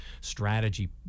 strategy